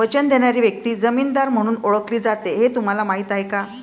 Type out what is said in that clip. वचन देणारी व्यक्ती जामीनदार म्हणून ओळखली जाते हे तुम्हाला माहीत आहे का?